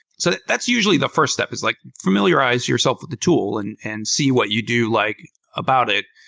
so that's usually the first step, is like familiarize yourself with the tool and and see what you do like about it,